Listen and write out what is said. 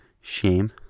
shame